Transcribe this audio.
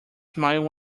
smile